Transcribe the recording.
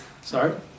sorry